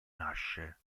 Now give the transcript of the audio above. nasce